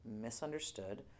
misunderstood